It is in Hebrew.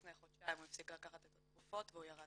לפני חודשיים הוא הפסיק לקחת את התרופות והוא ירד